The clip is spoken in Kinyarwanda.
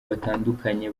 batandukanye